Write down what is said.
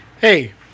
Hey